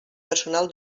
personal